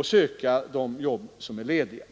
att söka de jobb som är lediga.